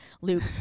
Luke